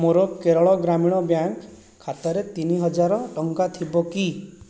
ମୋର କେରଳ ଗ୍ରାମୀଣ ବ୍ୟାଙ୍କ ଖାତାରେ ତିନି ହଜାର ଟଙ୍କା ଥିବ କି